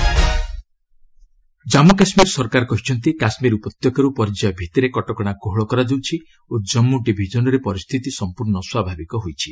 JK situation Jammu Kashmir ସରକାର କହିଛନ୍ତି କାଶ୍ମୀର ଉପତ୍ୟକାରୁ ପର୍ଯ୍ୟାୟଭିତ୍ତିରେ କଟକଣା କୋହଳ କରାଯାଉଛି ଓ ଜନ୍ମ ଡିଭିଜନ୍ରେ ପରିସ୍ଥିତି ସମ୍ପର୍ଶ୍ଣ ସ୍ୱଭାବିକ ହୋଇଛି